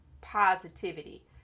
positivity